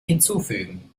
hinzufügen